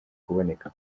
kuboneka